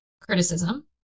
Criticism